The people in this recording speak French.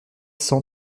cent